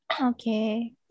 okay